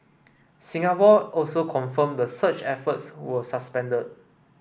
Singapore also confirmed the search efforts were suspended